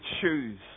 choose